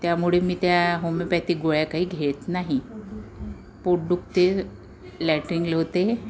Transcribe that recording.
त्यामुळे मी त्या होमिओपॅथिक गोळ्या काही घेत नाही पोट दुखते लॅट्रिनले होते